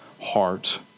heart